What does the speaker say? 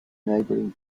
neighbouring